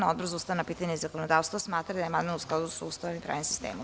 Odbor za ustavna pitanja i zakonodavstvo smatraju da je amandman u skladu sa Ustavom i pravnim sistemom.